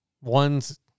One's